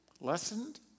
lessened